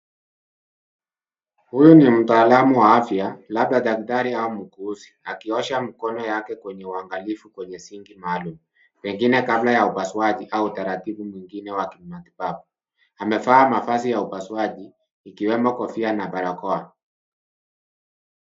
Huyu ni mtaalamu wa afya labda daktari au mwuguzi akiosha mkono wake kwenye uangalifu kwenye sinki maalum. Pengine kabla ya upasuaji au utaratibu mwingine wa kimatibabu. Amevaa mavazi ya upasuaji ikiwemo kofia na barakoa.